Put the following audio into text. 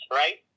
right